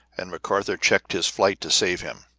and mcarthur checked his flight to save him.